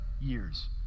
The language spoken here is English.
years